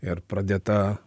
ir pradėta